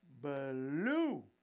blue